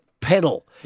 pedal